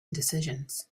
decisions